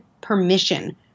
permission